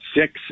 six